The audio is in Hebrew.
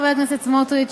חבר הכנסת סמוטריץ,